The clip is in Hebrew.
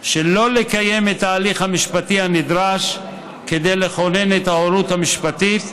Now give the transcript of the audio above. שלא לקיים את ההליך המשפטי הנדרש כדי לכונן את ההורות המשפטית,